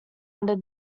under